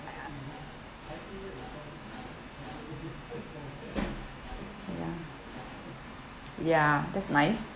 ya ya that's nice